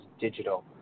digital